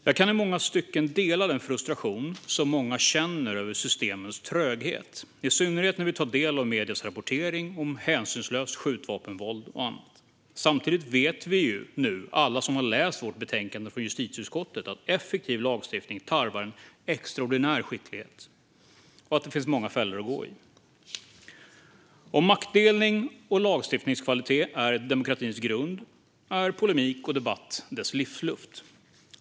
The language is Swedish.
Jag kan i stora stycken dela den frustration som många känner över systemens tröghet, i synnerhet när vi tar del av mediernas rapportering om hänsynslöst skjutvapenvåld och annat. Samtidigt vet alla som har läst justitieutskottets betänkande att effektiv lagstiftning tarvar en extraordinär skicklighet och att det finns många fällor att gå i. Om maktdelning och lagstiftningskvalitet är demokratins grund är polemik och debatt dess livsluft.